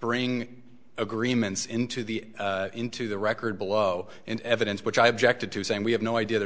bring agreements into the into the record below in evidence which i objected to saying we have no idea there